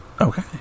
Okay